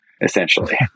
essentially